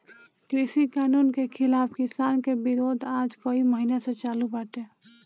कृषि कानून के खिलाफ़ किसान के विरोध आज कई महिना से चालू बाटे